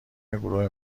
گروه